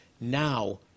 now